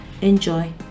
Enjoy